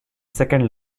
second